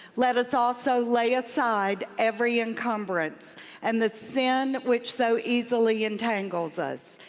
let us also lay aside every encumbrance and the sin which so easily entangles us,